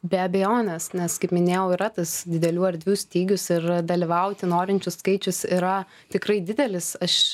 be abejonės nes kaip minėjau yra tas didelių erdvių stygius ir dalyvauti norinčių skaičius yra tikrai didelis aš